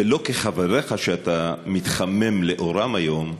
ושלא כחבריך, שאתה מתחמם לאורם היום,